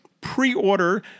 Pre-order